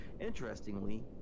Interestingly